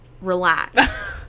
relax